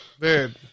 dude